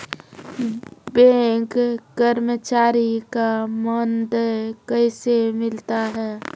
Bank कर्मचारी का मानदेय कैसे मिलता हैं?